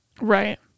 right